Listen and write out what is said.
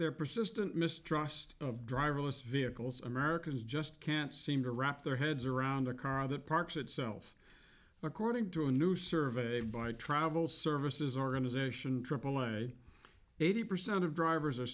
their persistent mistrust of driverless vehicles americans just can't seem to wrap their heads around a car that parks itself according to a new survey by travel services organization aaa eighty percent of drivers are